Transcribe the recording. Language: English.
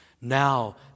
Now